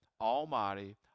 almighty